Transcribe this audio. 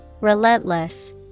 Relentless